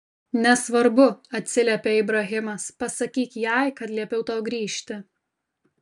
nesvarbu atsiliepė ibrahimas pasakyk jai kad liepiau tau grįžti